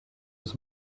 his